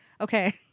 Okay